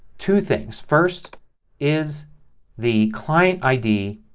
two things. first is the client id,